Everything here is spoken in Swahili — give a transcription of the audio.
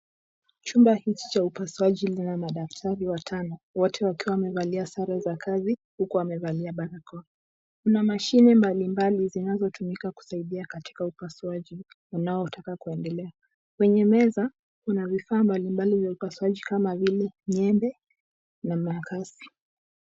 Chumba hichi cha upasuaji lina madaktari watano, Wote wakiwa wamevalia sare za kazi huku wamevalia barako. Kuna mashine mbali mbali zinazotumika kusaidi katika upasuaji unaotaka kuendelea. Kwenye meza kuna vifaa mbali mbali vya upasuaji kama vile nyembe na makasi.